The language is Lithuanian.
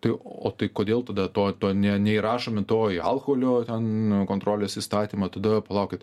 tai o tai kodėl tada to to ne neįrašome to į alkoholio ten kontrolės įstatymą tada palaukit